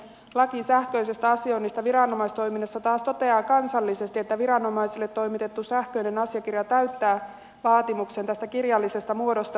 laki sähköisestä asioinnista viranomaistoiminnassa taas toteaa kansallisesti että viranomaisille toimitettu sähköinen asiakirja täyttää vaatimuksen tästä kirjallisesta muodosta